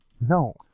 No